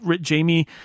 Jamie